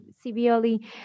severely